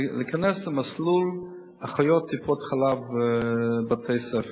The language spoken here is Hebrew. למסלול אחיות טיפות-חלב ובתי-ספר,